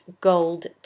gold